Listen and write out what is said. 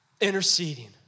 interceding